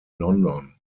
london